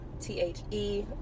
T-H-E